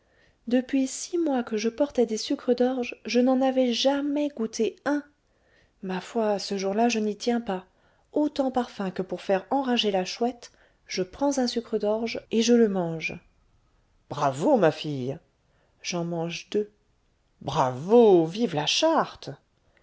depuis six mois que je portais des sucres d'orge je n'en avais jamais goûté un ma foi ce jour-là je n'y tiens pas autant par faim que pour faire enrager la chouette je prends un sucre d'orge et je le mange bravo ma fille j'en mange deux bravo vive la charte